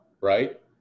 right